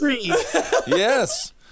Yes